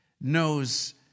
knows